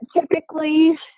typically